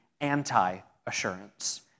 anti-assurance